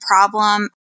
problem